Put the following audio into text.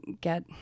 get